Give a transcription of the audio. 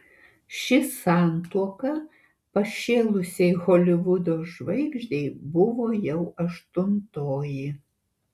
ši santuoka pašėlusiai holivudo žvaigždei buvo jau aštuntoji